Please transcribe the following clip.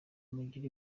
mugire